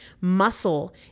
Muscle